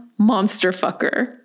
Monsterfucker